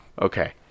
Okay